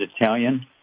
Italian